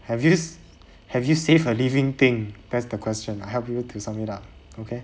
have you have you save a living thing that's the question help you to sum it up okay